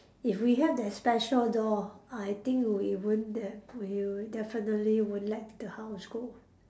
if we have that special door I think we won't de~ we would definitely won't let the house go